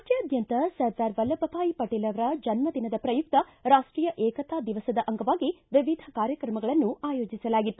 ರಾಜ್ಯಾದ್ಯಂತ ಸರ್ದಾರ್ ವಲ್ಲಭ ಬಾಯಿ ಪಟೇಲ್ ಅವರ ಜನ್ನ ದಿನದ ಪ್ರಯುಕ್ತ ರಾಷ್ಷೀಯ ಏಕತಾ ದಿವಸದ ಅಂಗವಾಗಿ ವಿವಿಧ ಕಾರ್ಯಕ್ರಮಗಳನ್ನು ಆಯೋಜಿಸಲಾಗಿತ್ತು